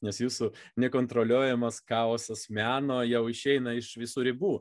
nes jūsų nekontroliuojamas chaosas meno jau išeina iš visų ribų